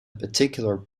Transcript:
particular